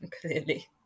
clearly